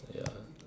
ya